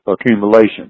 accumulation